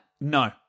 No